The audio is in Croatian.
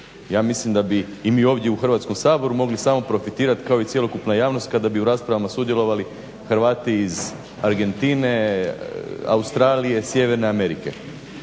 Ja mislim da bi i mi ovdje u Hrvatskom saboru mogli smo profitirat kao i cjelokupna javnost kada bi u raspravama sudjelovali Hrvati iz Argentine, Australije, Sjeverne Amerike.